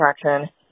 attraction